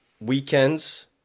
weekends